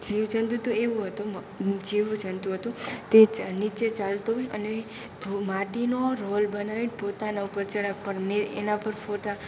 જીવજંતુ તો એવું હતું જીવજંતુ હતું તે નીચે ચાલતું હોય અને માટીનો રોલ બનાવીને પોતાના ઉપર ચડાવે પણ મેં એના પર ફોટા